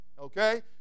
okay